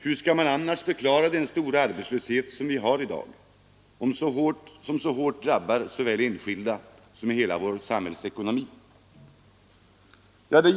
Hur skall man annars förklara den stora arbetslöshet som vi har i dag och som så hårt drabbar både enskilda och hela vår samhällsekonomi?